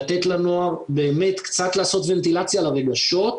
לתת לנוער באמת קצת לעשות ונטילציה לרגשות במסגרת,